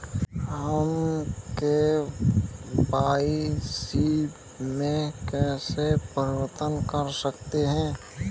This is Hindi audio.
हम के.वाई.सी में कैसे परिवर्तन कर सकते हैं?